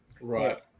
Right